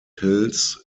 hills